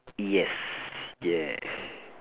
yes yes